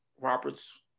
Roberts